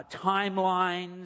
timelines